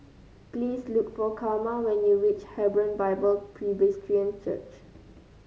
please look for Karma when you reach Hebron Bible Presbyterian Church